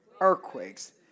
earthquakes